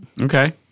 okay